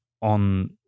on